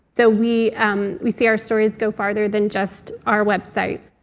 so we um we see our stories go farther than just our website.